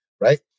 right